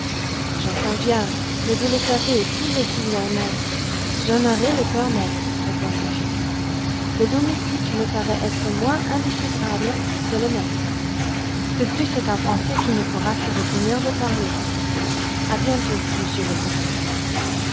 j'en conviens mais vous le savez tous les signalements j'en aurai le coeur net répondit fix le domestique me paraît être moins indéchiffrable que le maître de plus c'est un français qui ne pourra se retenir de parler a bientôt monsieur le consul